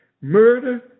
murder